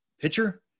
pitcher